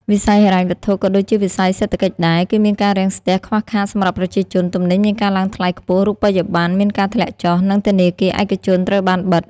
វិស័យហិរញ្ញវត្ថុក៏ដូចជាវិស័យសេដ្ឋកិច្ចដែរ គឺមានការរាំងស្ទះ ខ្វះខាតសម្រាប់ប្រជាជន ទំនិញមានការឡើងថ្លៃខ្ពស់ រូបិយប័ណ្ណ មានការធាក់ចុះ និងធានាគារឯកជនត្រូវបានបិត។